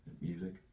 Music